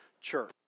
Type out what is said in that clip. church